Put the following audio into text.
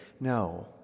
No